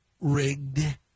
Rigged